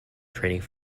training